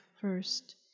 first